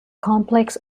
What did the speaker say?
complex